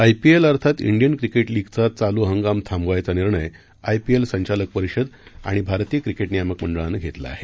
IPL अर्थात डियन cricket लीगचा चालू हंगाम थाबवायचा निर्णय आय़पीएल संचालक परिषद आणि भारतीय क्रिकेट नियामक मंडळानं घेतला आहे